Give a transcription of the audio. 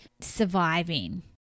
surviving